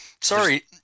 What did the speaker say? sorry